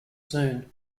soon